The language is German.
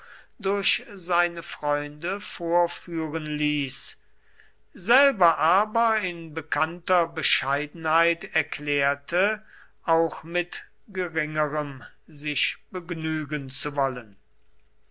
durch seine freunde vorführen ließ selber aber in bekannter bescheidenheit erklärte auch mit geringerem sich begnügen zu wollen